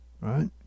right